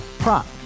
Prop